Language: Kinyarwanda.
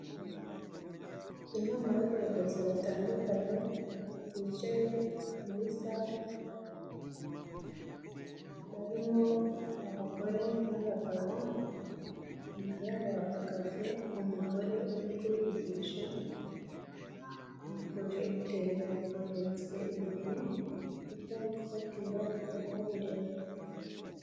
Inama y'abayobozi batandukanye bicaye muri sale barimo abagore n'abagabo, imbere yabo hahagaze umugore uri kubigisha na porojegiteri baporojegise imbere, ibyo ari kubabwira bakajya babireba.